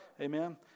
amen